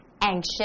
anxious